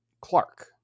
Clark